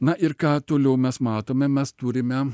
na ir ką toliau mes matome mes turime